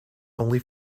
only